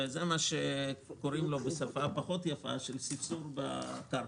זה מה שקוראים לו בשפה פחות יפה סבסוד בקרקע.